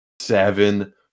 seven